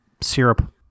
Syrup